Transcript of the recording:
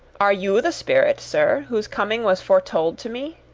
are you the spirit, sir, whose coming was foretold to me?